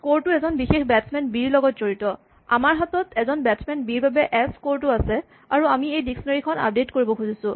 স্কৰটো এজন বিশেষ বেট্চমেন বি ৰ লগত জড়িত আমাৰ হাতত এজন বেট্চমেন বি ৰ এচ ক্সৰ টো আছে আৰু আমি এই ডিক্সনেৰীখন আপডেট কৰিব খুজিছোঁ